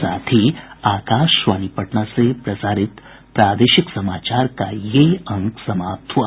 इसके साथ ही आकाशवाणी पटना से प्रसारित प्रादेशिक समाचार का ये अंक समाप्त हुआ